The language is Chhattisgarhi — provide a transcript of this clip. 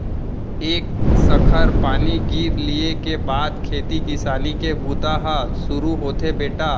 एक सखर पानी गिर लिये के बाद खेती किसानी के बूता ह सुरू होथे बेटा